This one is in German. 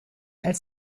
als